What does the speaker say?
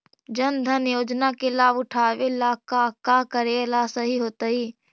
जन धन योजना के लाभ उठावे ला का का करेला सही होतइ?